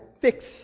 fix